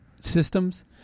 systems